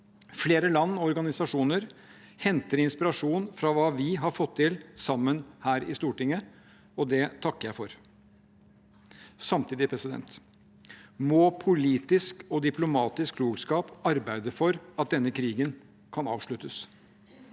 Flere land og organisasjoner henter inspirasjon fra hva vi har fått til sammen her i Stortinget, og det takker jeg for. Samtidig må politisk og diplomatisk klokskap arbeide for at denne krigen kan avsluttes.